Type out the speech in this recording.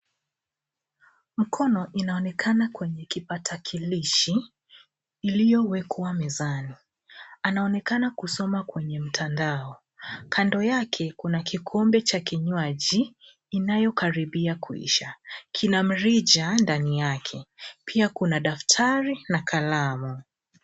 Mkono inaonekana kwenye kipakatalishi, iliyowekwa mezani. Anaonekana kusoma kwenye mtandao. Kando yake, kuna kikombe cha kinywaji inayokaribia kuisha; kina mrija ndani yake. Pia kuna daftari na kalamu.